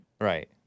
Right